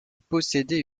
possédait